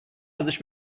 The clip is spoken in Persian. ازش